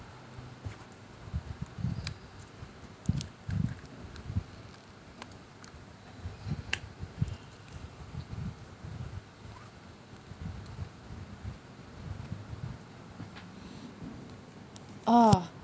oh